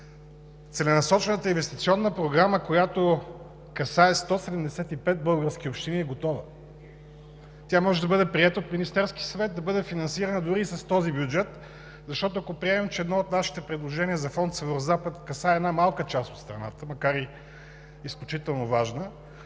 целенасочената инвестиционна програма, която касае 175 български общини, е готова. Тя може да бъде приета от Министерския съвет, да бъде финансирана дори и с този бюджет. Защото, ако приемем, че едно от нашите предложения за Фонд „Северозапад“ касае една малка част от страната, макар и изключително важна,